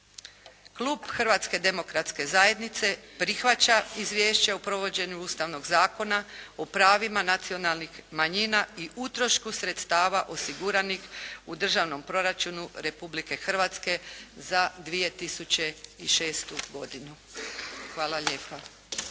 Klub Hrvatske demokratske zajednice prihvaća Izvješće o provođenju Ustavnog zakona o pravima nacionalnih manjina i utrošku sredstava osiguranih u Državnom proračunu Republike Hrvatske za 2006. godinu. Hvala lijepa.